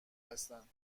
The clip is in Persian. هستند